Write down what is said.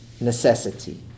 necessity